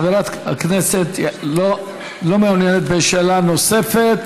חברת הכנסת לא מעוניינת בשאלה נוספת.